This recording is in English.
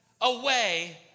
away